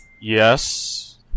Yes